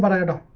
but and